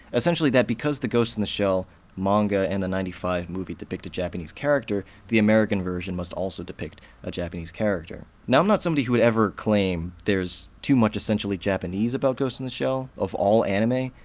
essentially that because the ghost in the shell manga and the ninety five movie depict a japanese character, the american version must also depict a japanese character. now, i'm not somebody who'd ever claim there's too much essentially japanese about ghost in the shell, of all anime.